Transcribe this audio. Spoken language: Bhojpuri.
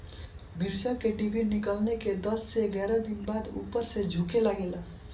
मिरचा क डिभी निकलले के दस से एग्यारह दिन बाद उपर से झुके लागेला?